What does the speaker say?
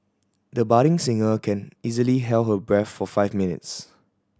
the budding singer can easily held her breath for five minutes